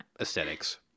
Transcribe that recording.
aesthetics